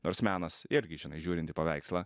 nors menas irgi žinai žiūrint į paveikslą